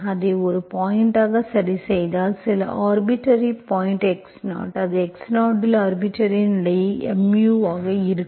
அதை ஒரு பாயிண்ட்ஆக சரிசெய்தால் சில ஆர்பிட்டர்ரி பாயிண்ட்x0 இது x0 இல் ஆர்பிட்டர்ரி நிலை mu ஆக இருக்கும்